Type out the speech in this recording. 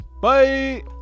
Bye